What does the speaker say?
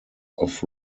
off